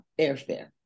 airfare